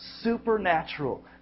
Supernatural